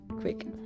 quick